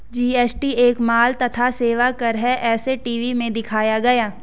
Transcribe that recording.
GST एक माल तथा सेवा कर है ऐसा टी.वी में दिखाया गया